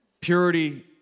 purity